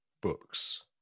books